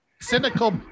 cynical